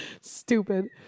Stupid